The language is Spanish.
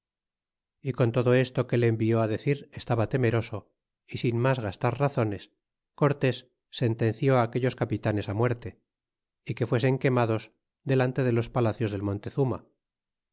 y con todo esto que le envió á decir estaba temeroso y sin mas gastar razones cortés sentenció á aquellos capitanes á muerte e que fuesen quemados delante de los palacios del montezuma